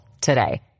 today